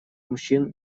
мужчин